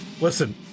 Listen